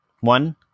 one